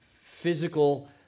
physical